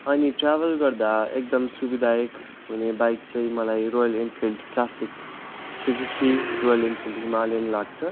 अनि ट्राभल गर्दा एकदम सुविधायक हुने बाइक चाहिँ मलाई Royal Enfield classic three fifty Royal Enfield Himalayan लाग्छ